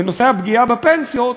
בנושא הפגיעה בפנסיות,